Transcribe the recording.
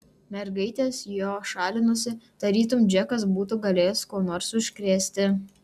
mergaitės jo šalinosi tarytum džekas būtų galėjęs kuo nors užkrėsti